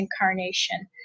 incarnation